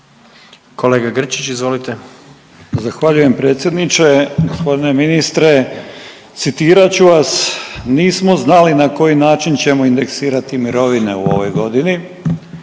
**Grčić, Branko (SDP)** Zahvaljujem predsjedniče. Gospodine ministre citirat ću vas, nismo znali na koji način ćemo indeksirati mirovine u ovoj godini.